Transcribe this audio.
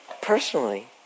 personally